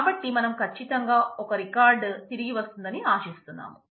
కాబట్టి మనం ఖచ్చితంగా ఒక రికార్డ్ తిరిగి వస్తుందని ఆశిస్తున్నాము